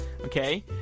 Okay